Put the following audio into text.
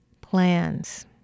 plans